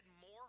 more